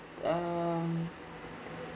um